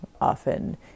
often